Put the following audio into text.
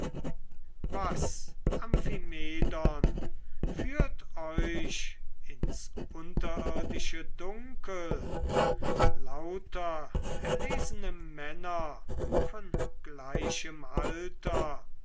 was amphimedon führt euch ins unterirdische dunkel lauter erlesene männer von gleichem alter